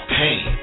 pain